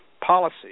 policy